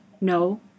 No